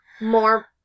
more